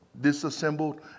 disassembled